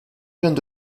jeunes